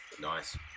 Nice